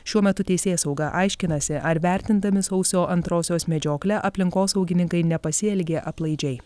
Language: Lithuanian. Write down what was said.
šiuo metu teisėsauga aiškinasi ar vertindami sausio antrosios medžioklę aplinkosaugininkai nepasielgė aplaidžiai